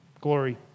glory